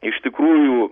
iš tikrųjų